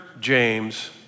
James